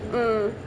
mm